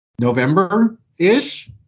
November-ish